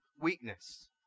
weakness